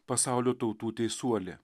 pasaulio tautų teisuolė